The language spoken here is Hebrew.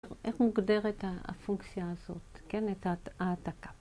‫איך מוגדרת הפונקציה הזאת, ‫את ההעתקה?